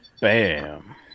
Bam